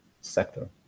sector